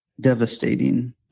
devastating